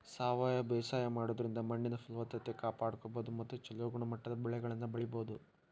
ಸಾವಯವ ಬೇಸಾಯ ಮಾಡೋದ್ರಿಂದ ಮಣ್ಣಿನ ಫಲವತ್ತತೆ ಕಾಪಾಡ್ಕೋಬೋದು ಮತ್ತ ಚೊಲೋ ಗುಣಮಟ್ಟದ ಬೆಳೆಗಳನ್ನ ಬೆಳಿಬೊದು